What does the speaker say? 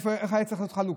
איך הייתה צריכה להיות החלוקה?